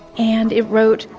and it wrote,